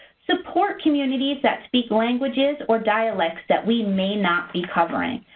support communities that speak languages or dialects that we may not be covering.